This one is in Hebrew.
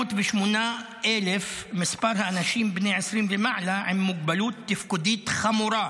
908,000 הוא מספר האנשים בני 20 ומעלה עם מוגבלות תפקודית חמורה,